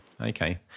Okay